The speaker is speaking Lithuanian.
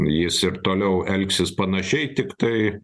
jis ir toliau elgsis panašiai tiktai